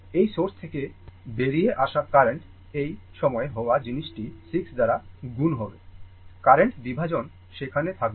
এই সোর্স থেকে বেরিয়ে আসা কারেন্ট এই সময় হওয়া জিনিস টি 6 দ্বারা গুণ হবে কারেন্ট বিভাজন সেখানে থাকবে